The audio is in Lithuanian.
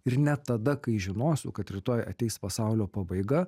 ir net tada kai žinosiu kad rytoj ateis pasaulio pabaiga